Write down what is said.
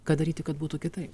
ką daryti kad būtų kitaip